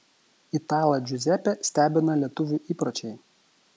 italą džiuzepę stebina lietuvių įpročiai